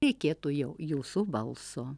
reikėtų jau jūsų balso